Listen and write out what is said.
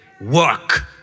work